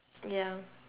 ya